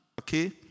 okay